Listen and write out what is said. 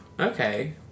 Okay